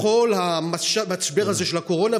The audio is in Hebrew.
בכל המשבר הזה של הקורונה.